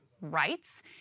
rights